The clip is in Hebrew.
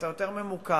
אתה יותר ממוקד,